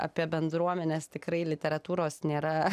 apie bendruomenes tikrai literatūros nėra